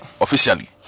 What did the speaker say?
officially